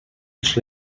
els